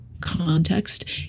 context